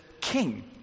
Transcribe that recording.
King